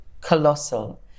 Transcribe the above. colossal